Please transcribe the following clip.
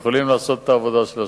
יכולים לעשות את העבודה של השוטרים.